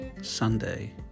Sunday